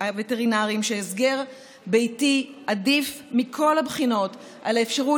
שהסגר ביתי עדיף מכל הבחינות על האפשרות